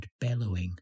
bellowing